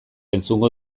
entzungo